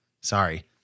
Sorry